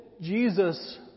Jesus